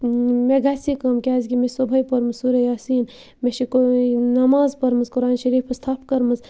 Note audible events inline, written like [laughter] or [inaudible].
مےٚ گژھِ کٲم کیازِکہِ مےٚ چھِ صُبحٲے پٔرمٕژ سورہ یاسیٖن مےٚ چھِ [unintelligible] نٮ۪ماز پٔرمٕژ قرآنِ شریٖفَس تھپھ کٔرمٕژ